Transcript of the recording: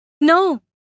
No